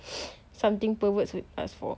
something perverts would ask for